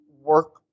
work